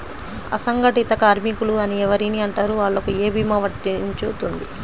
అసంగటిత కార్మికులు అని ఎవరిని అంటారు? వాళ్లకు ఏ భీమా వర్తించుతుంది?